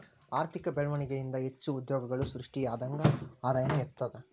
ಆರ್ಥಿಕ ಬೆಳ್ವಣಿಗೆ ಇಂದಾ ಹೆಚ್ಚು ಉದ್ಯೋಗಗಳು ಸೃಷ್ಟಿಯಾದಂಗ್ ಆದಾಯನೂ ಹೆಚ್ತದ